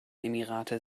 emirate